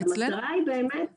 המטרה היא באמת זה